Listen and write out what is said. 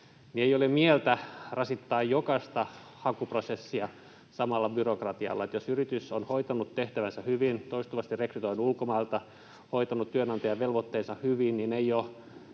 niin ei ole mieltä rasittaa jokaista hakuprosessia samalla byrokratialla. Jos yritys on hoitanut tehtävänsä hyvin, toistuvasti rekrytoinut ulkomailta, hoitanut työnantajan velvoitteensa hyvin, niin ei ole